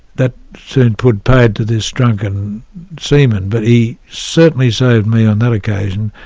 that soon put paid to this drunken seaman, but he certainly saved me on that occasion.